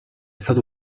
stato